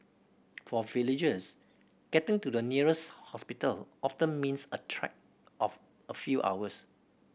for villagers getting to the nearest hospital often means a trek of a few hours